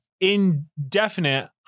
indefinite